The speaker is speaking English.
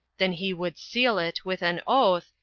then he would seal it with an oath,